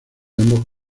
ambos